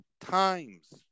times